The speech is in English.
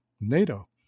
NATO